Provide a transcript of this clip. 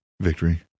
victory